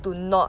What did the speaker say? do not